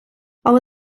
але